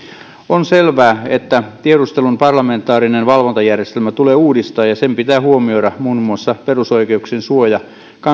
on selvää että tiedustelun parlamentaarinen valvontajärjestelmä tulee uudistaa ja sen pitää huomioida muun muassa perusoikeuksien suoja kansainväliset